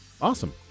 Awesome